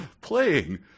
playing